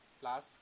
plus